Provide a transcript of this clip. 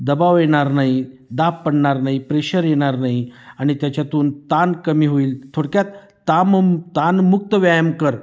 दबाव येणार नाही दाब पडणार नाही प्रेशर येणार नाही आणि त्याच्यातून ताण कमी होईल थोडक्यात ताममु ताणमुक्त व्यायाम कर